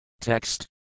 Text